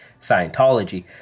Scientology